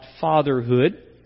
fatherhood